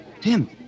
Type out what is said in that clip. tim